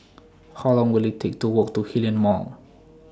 How Long Will IT Take to Walk to Hillion Mall